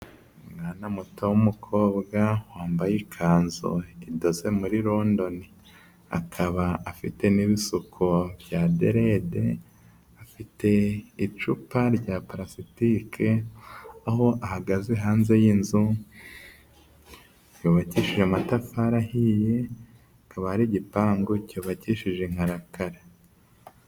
Umwana muto w'umukobwa wambaye ikanzu idoze muri rondoni akaba afite n'ibisuko bya derede, afite icupa rya parasitike, aho ahagaze hanze y'inzu yubakishije amatafari ahiye, hakaba hari igipangu cyubakishije nkarakara.